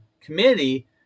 Committee